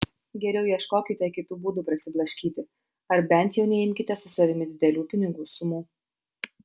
geriau ieškokite kitų būdų prasiblaškyti ar bent jau neimkite su savimi didelių pinigų sumų